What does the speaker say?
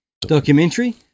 documentary